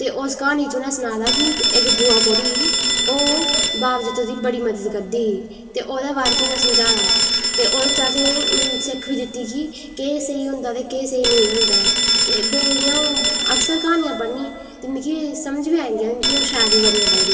ते उस क्हानी च उनें सनाए दा कि इक बुआ कोड़ी ही ओह् बाबा जित्तो दी बड़ी मदद करदी ही ते ओह्दे बारे च उ'नें समझाए दा हा ते ओहदे च असेंगी सिक्ख बी दित्ती कि केह् स्हेई होंदा ते केह् स्हेई नेईं होंदा ऐ ते डोगरी दी आ'ऊं अक्सर क्हानिंया पढ़नी ते मिगी समझ बी आई जांदियां न ते मिगी ओह् शैल बी बाड़ियां लगदियां